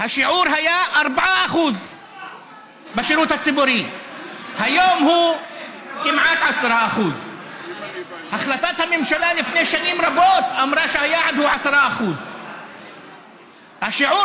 השיעור בשירות הציבורי היה 4%. היום הוא כמעט 10%. החלטת הממשלה לפני שנים רבות אמרה שהיעד הוא 10%. השיעור